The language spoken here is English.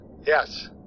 yes